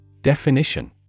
Definition